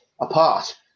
apart